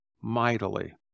mightily